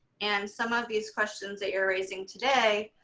and some of these questions that you're raising today,